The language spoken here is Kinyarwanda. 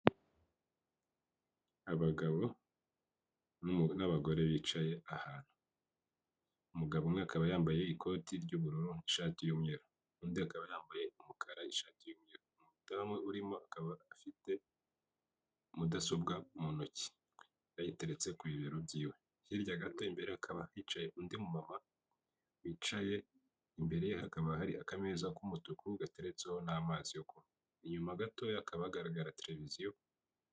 Abagabo n'abagore bicaye ahantu umugabo umwe akaba yambaye ikoti ry'ubururu n'ishati y'umweru, undi akaba yambaye umukara ishati y'umweru. Umudamu urimo akaba afite mudasobwa mu ntoki, yayiteretse ku bibero byiwe, hirya gato hakaba yicaye undi mu mama wicaye imbere ye hakaba hari akameza k'umutuku gateretseho n'amazi yo kunywa, inyuma gatoya hakaba hagaragara tereviziyo.